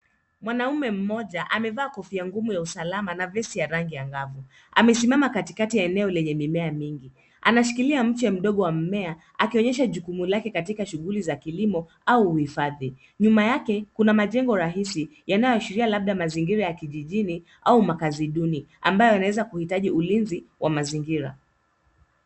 Mwanaume mmoja amevaa kofia ngumu ya usalama na vesti ya rangi angavu. Amesimama katikati ya eneo lenye mimea mingi. Anashikilia mche mdogo wa mmea akionyesha jukumu lake katika shughuli za kilimo au uhifadhi. Nyumayake, kuna majeno rahisi yanayoashiria labda mazingira ya kijijini makazi duni ambayo yanaweza kuhitaji ulinzi wa mazingira.